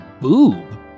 boob